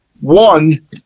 one